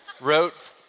wrote